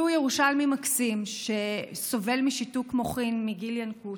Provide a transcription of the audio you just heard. שהוא ירושלמי מקסים שסובל משיתוק מוחין מגיל ינקות.